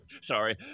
Sorry